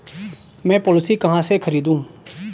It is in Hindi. मैं पॉलिसी कहाँ से खरीदूं?